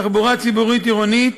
תחבורה ציבורית עירונית,